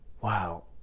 wow